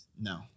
no